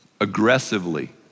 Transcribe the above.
aggressively